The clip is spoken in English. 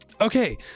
okay